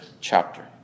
chapter